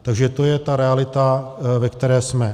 Takže to je ta realita, ve které jsme.